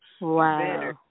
Wow